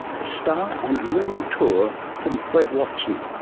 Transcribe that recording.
a star and moon tour from fred watson.